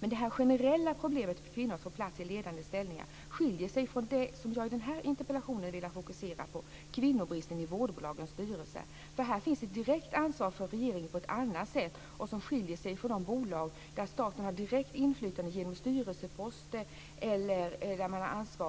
Men detta generella problem för kvinnor att få plats i ledande ställningar skiljer sig från det som jag i den här interpellationen har velat fokusera på, nämligen kvinnobristen i vårdbolagens styrelser. Här finns ett direkt ansvar för regeringen på ett annat sätt som skiljer sig från de bolag där staten har direkt inflytande genom styrelseposter eller